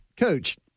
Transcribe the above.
Coach